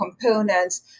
components